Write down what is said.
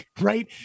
Right